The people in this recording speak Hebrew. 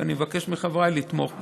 אני מבקש מחבריי לתמוך בזה.